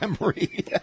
Memory